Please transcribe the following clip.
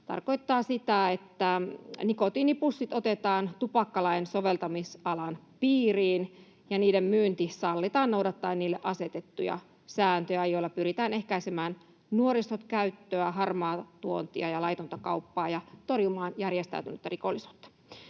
tarkoittaa sitä, että nikotiinipussit otetaan tupakkalain soveltamisalan piiriin ja niiden myynti sallitaan noudattaen niille asetettuja sääntöjä, joilla pyritään ehkäisemään nuorisokäyttöä, harmaatuontia ja laitonta kauppaa ja torjumaan järjestäytynyttä rikollisuutta.